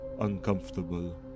uncomfortable